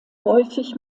häufig